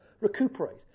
recuperate